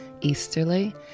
Easterly